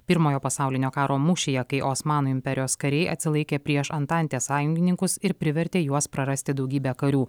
pirmojo pasaulinio karo mūšyje kai osmanų imperijos kariai atsilaikė prieš antantės sąjungininkus ir privertė juos prarasti daugybę karių